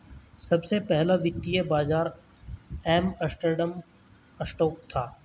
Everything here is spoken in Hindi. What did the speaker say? सबसे पहला वित्तीय बाज़ार एम्स्टर्डम स्टॉक था